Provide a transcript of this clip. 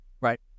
right